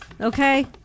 okay